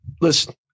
listen